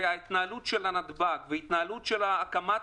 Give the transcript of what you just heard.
וההתנהלות של נתב"ג וההתנהלות של הקמת